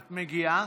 את מגיעה?